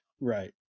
Right